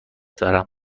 دارم